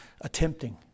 attempting